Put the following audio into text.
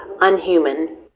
unhuman